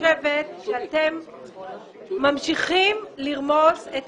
חושבת שאתם ממשיכים לרמוס את